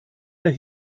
der